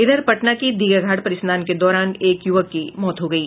इधर पटना के दीघा घाट पर स्नान के दौरान एक युवक की मौत हो गयी